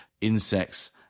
insects